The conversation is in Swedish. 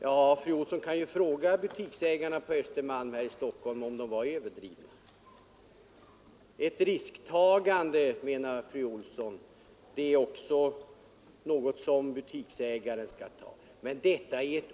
Ja, fru Olsson kan ju fråga butiksägarna på Östermalm här i Stockholm om deras farhågor var överdrivna. Fru Olsson menar också att butiksägaren måste ta vissa risker.